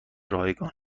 رایگان